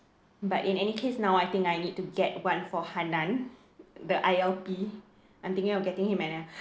but in any case now I think I need to get one for hanan the I_L_P I'm thinking of getting him a